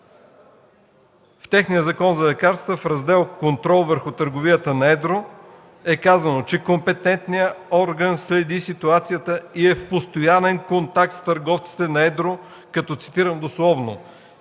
В техния Закон за лекарства, в Раздел „Контрол върху търговията на едро” е казано, че компетентният орган следи ситуацията и е в постоянен контакт с търговците на едро, цитирам дословно